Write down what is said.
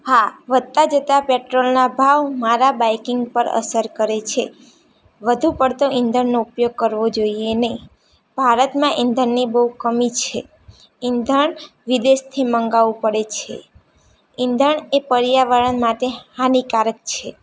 હા વધતાં જતાં પેટ્રોલના ભાવ મારા બાઇકિંગ પર અસર કરે છે વધુ પડતો ઈંધણનો ઉપયોગ કરવો જોઈએ નહીં ભારતમાં ઈંધણની બહુ કમી છે ઈંધણ વિદેશથી મગાવવું પડે છે ઈંધણ એ પર્યાવરણ માટે હાનિકારક છે